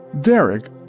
Derek